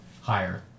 higher